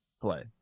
play